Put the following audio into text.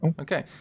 Okay